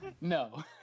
No